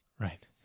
Right